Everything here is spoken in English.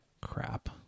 Crap